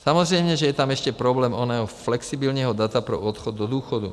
Samozřejmě že je tam ještě problém oného flexibilního data pro odchod do důchodu.